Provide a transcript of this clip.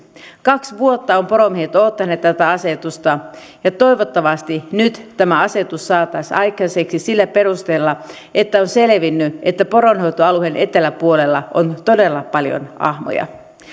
kaksi vuotta ovat poromiehet odottaneet tätä asetusta ja toivottavasti nyt tämä asetus saataisiin aikaiseksi sillä perusteella että on selvinnyt että poronhoitoalueen eteläpuolella on todella paljon ahmoja